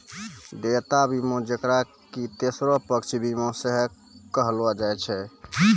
देयता बीमा जेकरा कि तेसरो पक्ष बीमा सेहो कहलो जाय छै